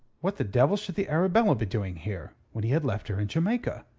what the devil should the arabella be doing here, when he had left her in jamaica?